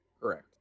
Correct